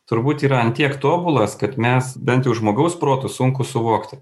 turbūt yra ant tiek tobulas kad mes bent jau žmogaus protu sunku suvokti